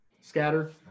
Scatter